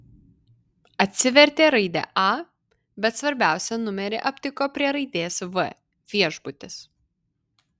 atsivertė raidę a bet svarbiausią numerį aptiko prie raidės v viešbutis